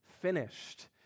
finished